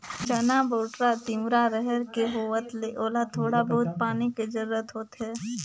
चना, बउटरा, तिंवरा, रहेर के होवत ले ओला थोड़ा बहुत पानी के जरूरत होथे